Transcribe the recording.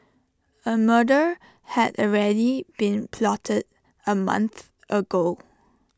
A murder had already been plotted A month ago